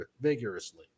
vigorously